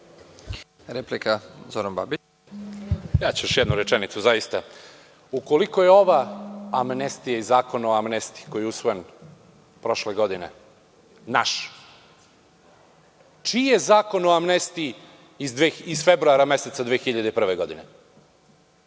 replika. **Zoran Babić** Još jednu ću rečenicu. Ukoliko je ova amnestija i Zakon o amnestiji, koji je usvojen prošle godine, naš, čiji je Zakon o amnestiji iz februara meseca 2001. godine?